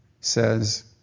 says